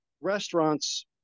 Restaurants